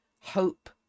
hope